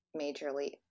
majorly